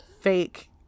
fake